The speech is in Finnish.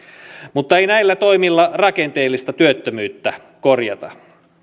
mutta ei näillä toimilla rakenteellista työttömyyttä korjata